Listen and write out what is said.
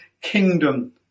kingdom